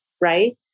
right